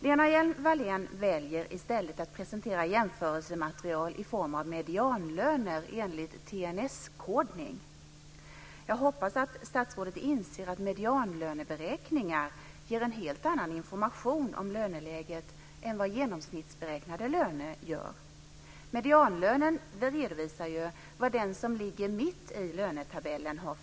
Lena Hjelm-Wallén väljer i stället att presentera jämförelsematerial i form av medianlöner enligt TNS kodning. Jag hoppas att statsrådet inser att medianlöneberäkningar ger en helt annan information om löneläget än vad genomsnittsberäknade löner gör. Medianlönen redovisar vilken lön den som ligger mitt i lönetabellen har.